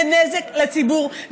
זה נזק לציבור.